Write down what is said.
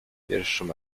pierwszym